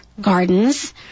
gardens